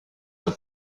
elle